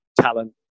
talent